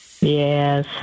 Yes